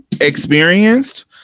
experienced